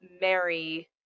mary